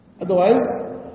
Otherwise